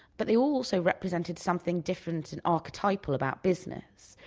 but they also represented something different and archetypal about business.